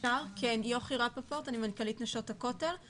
להוסיף, יוכי רפפורט, מנכ"לית נשות הכותל.